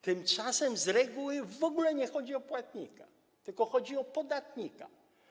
Tymczasem z reguły w ogóle nie chodzi o płatnika, tylko chodzi o podatnika.